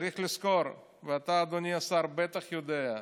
צריך לזכור, אתה, אדוני השר, בטח יודע,